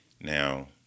Now